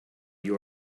you